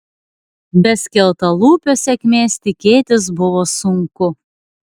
be skeltalūpio sėkmės tikėtis buvo sunku